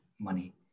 money